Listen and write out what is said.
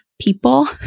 people